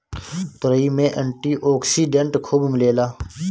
तुरई में antioxidant खूब मिलेला